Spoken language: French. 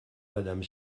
madame